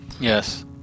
Yes